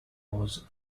was